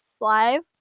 live